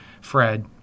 Fred